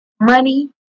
money